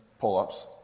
pull-ups